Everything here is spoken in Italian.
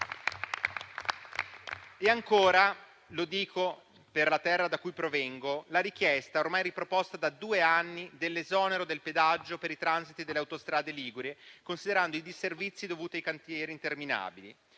E ancora - lo dico per la terra da cui provengo - la richiesta, ormai riproposta da due anni, dell'esonero del pedaggio per i transiti delle autostrade liguri, considerando i disservizi dovuti ai cantieri interminabili.